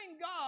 God